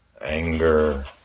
anger